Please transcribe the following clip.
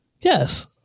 yes